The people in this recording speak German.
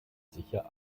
sicher